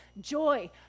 joy